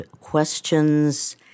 questions